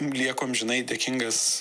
lieku amžinai dėkingas